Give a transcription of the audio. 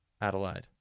Adelaide